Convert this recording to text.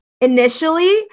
initially